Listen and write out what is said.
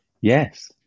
Yes